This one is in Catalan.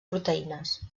proteïnes